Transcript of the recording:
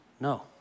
no